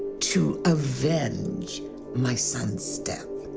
to avenge my son's death.